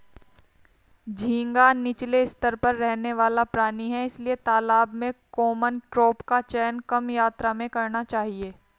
झींगा नीचले स्तर पर रहने वाला प्राणी है इसलिए तालाब में कॉमन क्रॉप का चयन कम मात्रा में करना चाहिए